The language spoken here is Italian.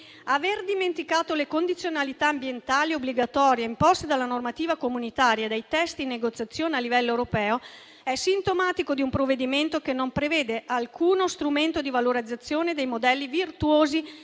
Aver dimenticato le condizionalità ambientali obbligatorie imposte dalla normativa comunitaria e dai testi in negoziazione a livello europeo è sintomatico di un provvedimento che non prevede alcuno strumento di valorizzazione dei modelli virtuosi